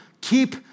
Keep